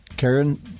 Karen